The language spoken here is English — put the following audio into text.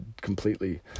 completely